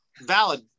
valid